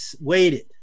waited